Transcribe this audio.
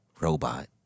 robot